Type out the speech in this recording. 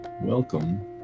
Welcome